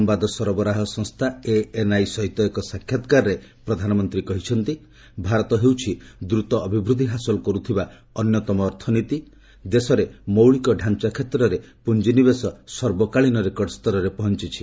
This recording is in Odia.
ସମ୍ବାଦ ସରବରାହ ସଂସ୍ଥା ଏଏନ୍ଆଇ ସହିତ ଏକ ସାକ୍ଷାତ୍କାରରେ ପ୍ରଧାନମନ୍ତ୍ରୀ କହିଛନ୍ତି ଭାରତ ହେଉଛି ଦ୍ରୁତ ଅଭିବୃଦ୍ଧି ହାସଲ କରୁଥିବା ଅନ୍ୟତମ ଅର୍ଥନୀତି ଦେଶରେ ମୌଳିକ ଡାଞ୍ଚା କ୍ଷେତ୍ରରେ ପୁଞ୍ଜିନିବେଶ ସର୍ବକାଳୀନ ରେକର୍ଡ଼ ସ୍ତରରେ ପହଞ୍ଚୁଛି